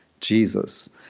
jesus